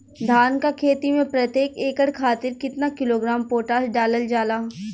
धान क खेती में प्रत्येक एकड़ खातिर कितना किलोग्राम पोटाश डालल जाला?